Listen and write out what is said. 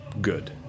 good